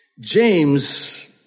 James